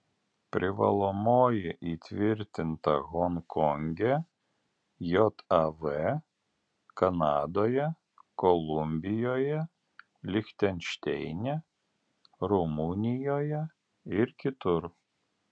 privalomoji įtvirtinta honkonge jav kanadoje kolumbijoje lichtenšteine rumunijoje ir kitur